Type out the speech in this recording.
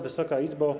Wysoka Izbo!